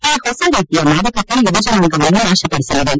ಈ ಹೊಸ ರೀತಿಯ ಮಾದಕತೆ ಯುವಜನಾಂಗವನ್ನು ನಾಶಪಡಿಸಲಿವೆ